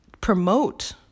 promote